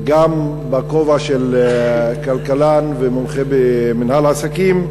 גם בכובע של כלכלן ומומחה במינהל עסקים,